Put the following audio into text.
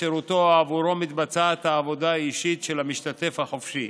בשירותו או עבורו מתבצעת העבודה האישית של המשתתף החופשי".